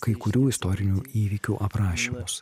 kai kurių istorinių įvykių aprašymus